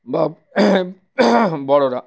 বা বড়রা